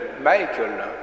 Michael